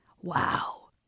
Wow